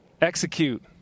Execute